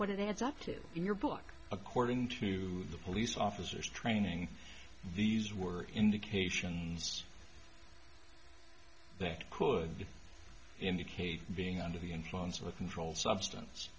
what it is up to in your book according to the police officer's training these were indications that could indicate being under the influence of a controlled substance